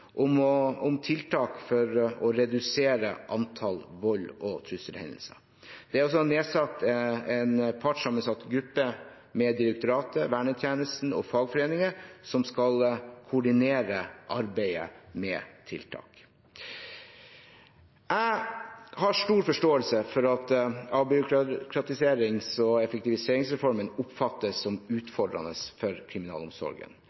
om tiltak for å redusere antall volds- og trusselhendelser. Det er også nedsatt en partssammensatt gruppe, med direktoratet, vernetjenesten og fagforeningene, som skal koordinere arbeidet med tiltak. Jeg har stor forståelse for at avbyråkratiserings- og effektiviseringsreformen oppfattes som utfordrende for kriminalomsorgen,